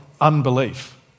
unbelief